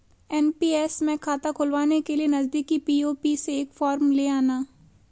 NPS में खाता खुलवाने के लिए नजदीकी पी.ओ.पी से एक फॉर्म ले आना